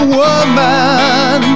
woman